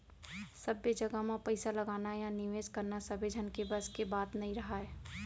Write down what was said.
सब्बे जघा म पइसा लगाना या निवेस करना सबे झन के बस के बात नइ राहय